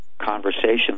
conversation